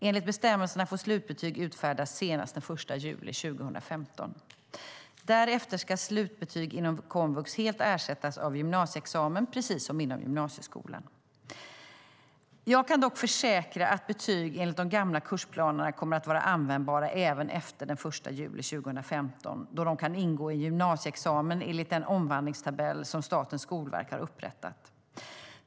Enligt bestämmelserna får slutbetyg utfärdas senast den 1 juli 2015. Därefter ska slutbetyg inom komvux helt ersättas av gymnasieexamen, precis som inom gymnasieskolan. Jag kan dock försäkra att betyg enligt de gamla kursplanerna kommer att vara användbara även efter den 1 juli 2015, då de kan ingå i en gymnasieexamen enligt en omvandlingstabell som Statens skolverk har upprättat.